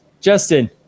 Justin